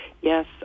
Yes